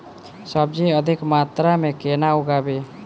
सब्जी अधिक मात्रा मे केना उगाबी?